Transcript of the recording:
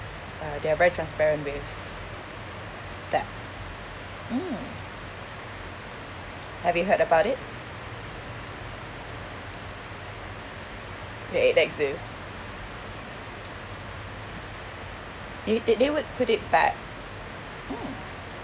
uh they are very transparent with that mm have you heard about it that it exist they they they would put it back mm